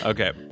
Okay